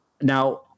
Now